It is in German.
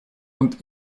und